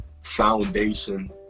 foundation